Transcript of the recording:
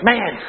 Man